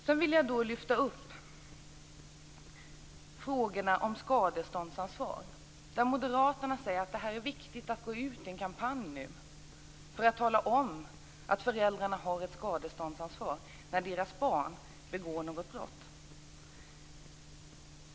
Jag vill lyfta upp frågorna om skadeståndsansvar. Moderaterna säger att det är viktigt att nu gå ut i en kampanj för att tala om att föräldrarna har ett skadeståndsansvar när deras barn begår något brott.